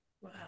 wow